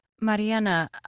Mariana